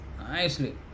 Nicely